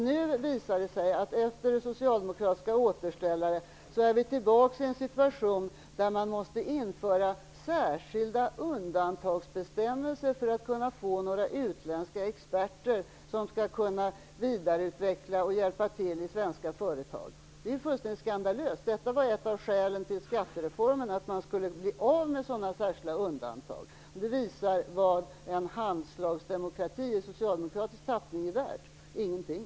Nu visar det sig efter socialdemokratiska återställare att vi är tillbaka i en situation där man måste införa särskilda undantagsbestämmelser för att kunna få ta hjälp av några utländska experter som kan vidareutveckla och hjälpa till i svenska företag. Det är fullständigt skandalöst. Ett av skälen till skattereformen var att man skulle bli av med sådana särskilda undantag. Det visar vad en handslagsdemokrati i socialdemokratisk tappning är värd - ingenting.